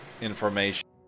information